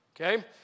Okay